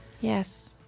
Yes